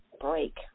break